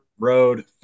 road